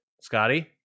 Scotty